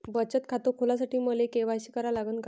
बचत खात खोलासाठी मले के.वाय.सी करा लागन का?